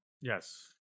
Yes